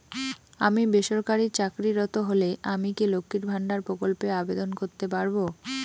আমি বেসরকারি চাকরিরত হলে আমি কি লক্ষীর ভান্ডার প্রকল্পে আবেদন করতে পারব?